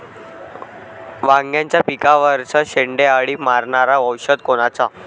वांग्याच्या पिकावरचं शेंडे अळी मारनारं औषध कोनचं?